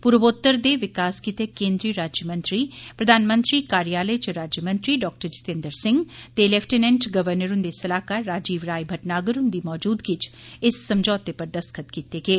पूर्वोत्तर दे विकास गित्तै केन्द्रीय राज्यमंत्री प्रधानमंत्री कार्यालय च राज्यमंत्री डाक्टर जतेन्द्र सिंह ते लैफ्टिनैंट गवर्नर हुन्दे सलाहकार राजीव राय भटनागर हुन्दी मौजूदगी च इस समझौते पर दस्तख्त कीते गे